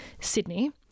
Sydney